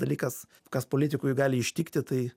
dalykas kas politikui gali ištikti tai